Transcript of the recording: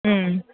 ம்